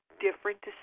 different